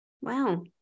Wow